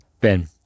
Ben